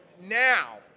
Now